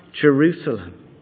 Jerusalem